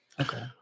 Okay